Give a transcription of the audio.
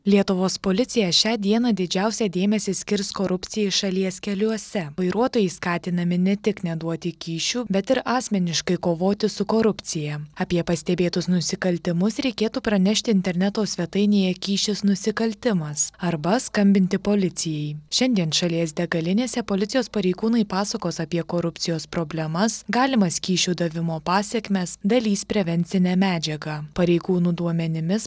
lietuvos policija šią dieną didžiausią dėmesį skirs korupcijai šalies keliuose vairuotojai skatinami ne tik neduoti kyšių bet ir asmeniškai kovoti su korupcija apie pastebėtus nusikaltimus reikėtų pranešti interneto svetainėje kyšis nusikaltimas arba skambinti policijai šiandien šalies degalinėse policijos pareigūnai pasakos apie korupcijos problemas galimas kyšių davimo pasekmes dalys prevencinę medžiagą pareigūnų duomenimis